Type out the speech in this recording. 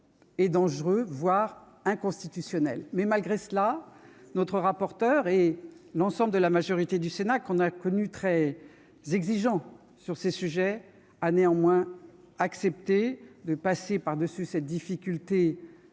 et dangereux, voire inconstitutionnel. Malgré cela, M. le rapporteur et l'ensemble de la majorité du Sénat, que l'on a connus plus exigeants sur ces sujets, ont accepté de passer par-dessus ces difficultés